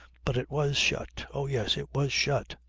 but it was shut. oh yes, it was shut.